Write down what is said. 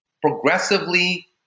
progressively